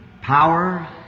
power